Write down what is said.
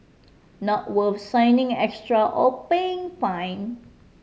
not worth signing extra or paying fine